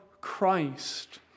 Christ